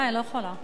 אני לא יכולה.